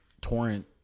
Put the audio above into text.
torrent